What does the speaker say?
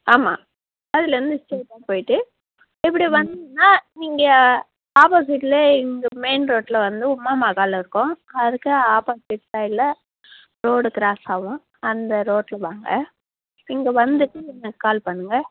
ஆமாம் அதுலேருந்து ஸ்ட்ரைட்டாக போய்விட்டு இப்படி வந்தீங்கன்னால் நீங்கள் ஆப்போஸிட்டிலே இங்கே மெயின் ரோட்டில் வந்து உமா மஹால் இருக்கும் அதுக்கு ஆப்போஸிட் சைட்டில் ரோடு க்ராஸ் ஆகும் அந்த ரோட்டில் வாங்க இங்கே வந்துட்டு நீங்கள் கால் பண்ணுங்கள்